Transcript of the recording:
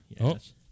Yes